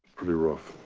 pretty rough.